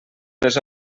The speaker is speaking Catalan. les